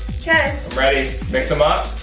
okay. i'm ready mix them up.